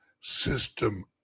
system